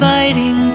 Fighting